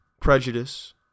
prejudice